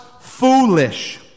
foolish